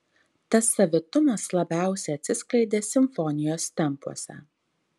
tas savitumas labiausiai atsiskleidė simfonijos tempuose